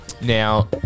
Now